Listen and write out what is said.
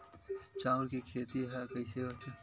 चांउर के खेती ह कइसे होथे?